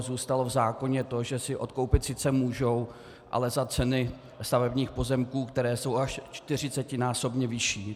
Zůstalo v zákoně to, že si odkoupit sice můžou, ale za ceny stavebních pozemků, které jsou až čtyřicetinásobně vyšší.